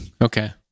Okay